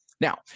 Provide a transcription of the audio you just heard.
Now